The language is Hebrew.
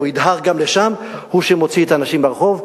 ידהר גם לשם היא שמוציאה את האנשים לרחוב.